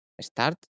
start